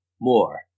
more